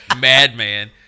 madman